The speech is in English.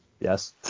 Yes